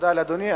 תודה לאדוני.